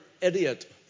idiot